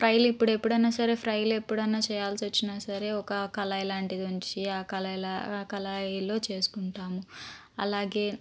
ఫ్రైలు ఇప్పుడు ఎప్పుడన్నా సరే ఫ్రైలు ఎప్పుడన్నా చేయాల్సి వచ్చినా సరే ఒక్క కళాయి లాంటిది ఉంచి ఆ కళాయిలో చేసుకుంటాము అలాగే